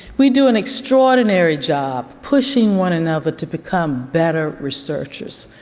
we do an extraordinary job pushing one another to become better researchers.